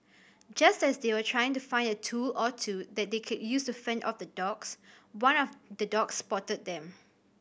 just as they were trying to find a tool or two that they could use to fend off the dogs one of the dogs spotted them